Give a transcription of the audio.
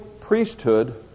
priesthood